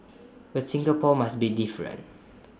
but Singapore must be different